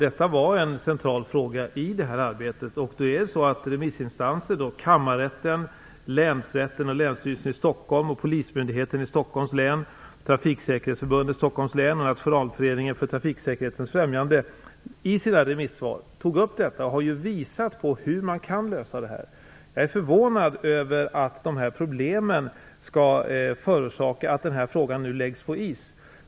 Fru talman! Detta var en central fråga i arbetet. Länsrätten och Länsstyrelsen i Stockholms län, Polismyndigheten i Stockholms län, Trafiksäkerhetsförbundet i Stockholms län och Nationalföreningen för trafiksäkerhetens främjande - har ju visat på hur detta kan lösas. Jag är förvånad över att de här problemen skall förorsaka att frågan nu läggs på is.